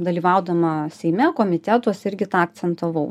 dalyvaudama seime komitetuose irgi tą akcentavau